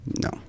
No